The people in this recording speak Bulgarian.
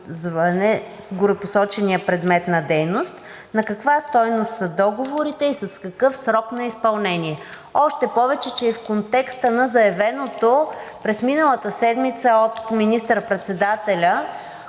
на каква стойност са договорите и с какъв срок на изпълнение? Още повече, че и в контекста на заявеното през миналата седмица от министър-председателя,